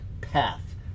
path